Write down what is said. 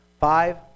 five